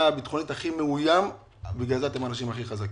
ביטחונית הוא הכי מאוים ולכן אתם אנשים הכי חזקים.